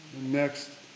Next